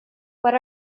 what